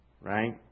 right